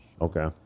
Okay